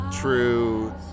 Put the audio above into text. True